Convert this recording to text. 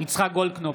יצחק גולדקנופ,